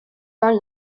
are